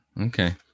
Okay